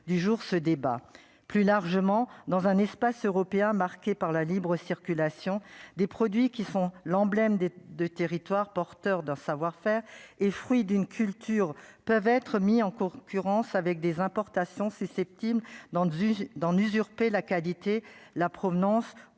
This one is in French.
du jour ce débat plus largement dans un espace européen marqué par la libre-circulation des produits qui sont l'emblème des 2 territoires porteur d'un savoir-faire et fruit d'une culture peuvent être mis en concurrence avec des importations susceptibles dans le juge d'en usurpé la qualité, la provenance